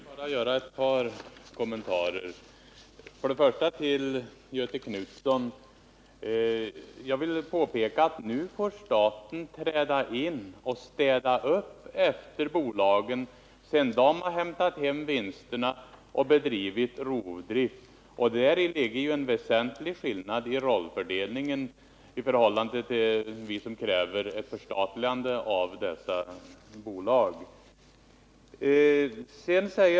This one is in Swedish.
Herr talman! Jag skall bara göra ett par kommentarer, först till Göthe Knutson. Jag vill påpeka att nu får staten träda in och städa upp efter bolagen, sedan de har hämtat hem vinsterna och bedrivit rovdrift. Det ligger en väsentlig skillnad i rollfördelningen där, i förhållande till kravet på ett förstatligande av dessa bolag.